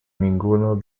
ninguno